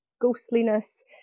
ghostliness